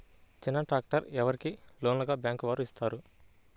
చిన్న ట్రాక్టర్ ఎవరికి లోన్గా బ్యాంక్ వారు ఇస్తారు?